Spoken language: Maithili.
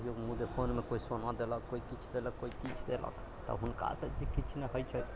आब कहियौ मुँह देखओनमे कोइ सोनो देलक कोइ किछु देलक कोइ किछु देलक तऽ हुनका तऽ किछु नहि होइ छै